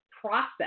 process